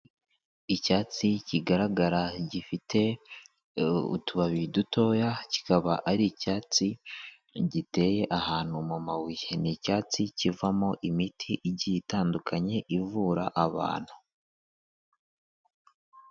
Icyatsi kigaragara gifite utubabi dutoya, kikaba ari icyatsi giteye ahantu mu mabuye, ni icyatsi kivamo imiti igiye itandukanye ivura abantu.